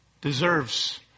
deserves